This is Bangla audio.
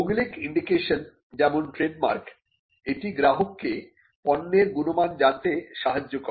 ভৌগোলিক ইন্ডিকেশনস যেমন ট্রেডমার্ক এটি গ্রাহককে পণ্যের গুণমান জানতে সাহায্য করে